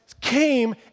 came